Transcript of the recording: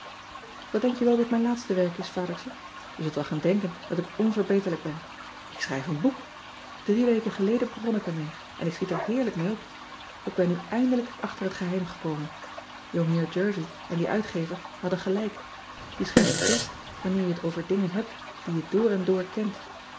at denk je wel dat mijn laatste werk is adertje e zult wel gaan denken dat ik onverbeterlijk ben k schrijf een boek rie weken geleden begon ik ermee en ik schiet er heerlijk mee op k ben nu eindelijk achter het geheim gekomen ongeheer ervie en die uitgever hadden gelijk e schrijft het best wanner je het over dingen hebt die je door en door kent